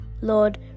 Lord